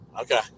okay